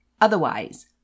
Otherwise